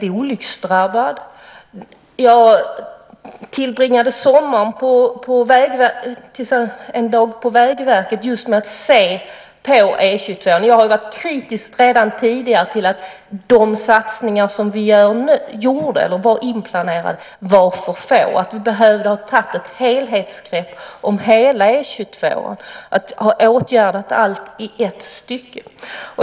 I somras tillbringade jag en dag på Vägverket med att se på E 22. Jag har redan tidigare varit kritisk till att de satsningar som var inplanerade var för få. Vi behövde ha tagit ett helhetsgrepp om hela E 22 och åtgärdat allt i ett stycke.